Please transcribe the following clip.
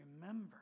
Remember